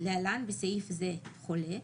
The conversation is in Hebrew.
(להלן בסעיף זה חולה),